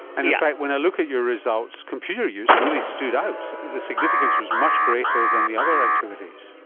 and in fact when i look at your results, computer use really stood out, the significance was much greater than the other activities.